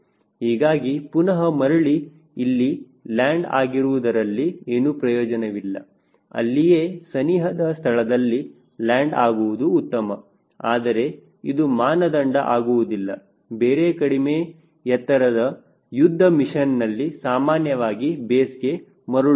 ಹೀಗಾಗಿ ಪುನಃ ಮರಳಿ ಇಲ್ಲಿ ಲ್ಯಾಂಡ್ ಆಗುವುದರಲ್ಲಿ ಏನು ಪ್ರಯೋಜನವಿಲ್ಲ ಅಲ್ಲಿಯೇ ಸನಿಹದ ಸ್ಥಳದಲ್ಲಿ ಲ್ಯಾಂಡ್ ಆಗುವುದು ಉತ್ತಮ ಆದರೆ ಇದು ಮಾನದಂಡ ಆಗುವುದಿಲ್ಲ ಬೇರೆ ಕಡಿಮೆ ಎತ್ತರದ ಯುದ್ಧ ಮಿಷನ್ನಲ್ಲಿ ಸಾಮಾನ್ಯವಾಗಿ ಬೇಸ್ಗೆ ಮರಳುತ್ತವೆ